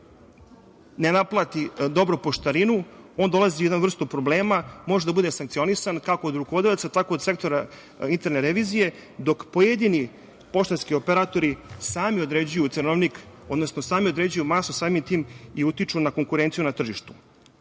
ne naplati dobro poštarinu, on dolazi u jednu vrstu problema, može da bude sankcionisan, kako od rukovodioca, tako od sektora interne revizije, dok pojedini poštanski operatori sami određuju cenovnik, odnosno sami određuju masu,